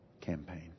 campaign